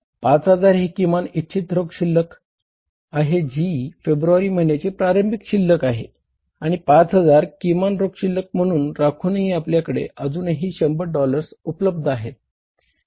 5000 हे किमान इच्छित रोख शिल्लक आहे आणि 5000 किमान रोख शिल्लक म्हणून राखूनही आपल्याकडे अजूनही 100 डॉलर्स उपलब्ध आहेत